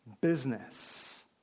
business